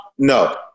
No